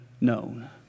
known